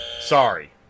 Sorry